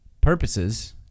purposes